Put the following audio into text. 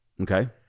Okay